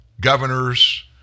governors